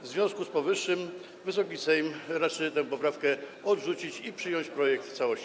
W związku z powyższym Wysoki Sejm raczy tę poprawkę odrzucić i przyjąć projekt w całości.